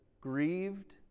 grieved